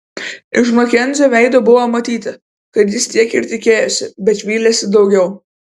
iš makenzio veido buvo matyti kad jis tiek ir tikėjosi bet vylėsi daugiau